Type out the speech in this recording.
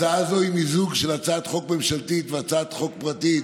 הצעה זו היא מיזוג של הצעת חוק ממשלתית והצעת חוק פרטית